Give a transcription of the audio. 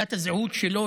תעודת הזהות שלו,